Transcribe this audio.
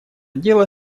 дело